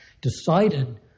decided